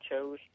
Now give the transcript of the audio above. chose